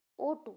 o2